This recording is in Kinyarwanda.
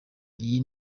iyi